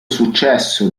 successo